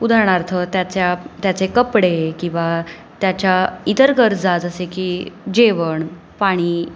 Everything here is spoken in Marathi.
उदाहरणार्थ त्याच्या त्याचे कपडे किंवा त्याच्या इतर गरजा जसे की जेवण पाणी